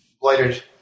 blighted